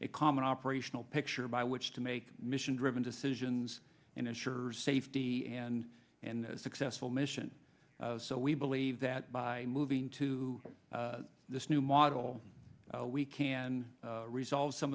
a common operational picture by which to make mission driven decisions and ensure safety and and successful mission so we believe that by moving to this new model we can resolve some